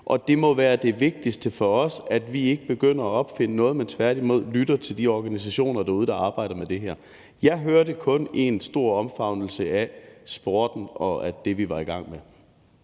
og det må være det vigtigste for os, at vi ikke begynder at opfinde noget, men tværtimod lytter til de organisationer derude, der arbejder med det her. Jeg hørte kun én stor omfavnelse af e-sporten og af det, vi er i gang med.